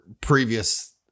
previous